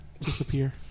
disappear